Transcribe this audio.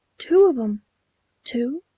two of em two?